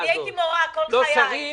לא לשרים,